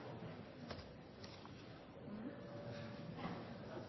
han